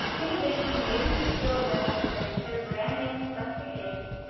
in addition, when agencies feel it necessary to put a brand name in specifications,